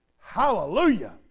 Hallelujah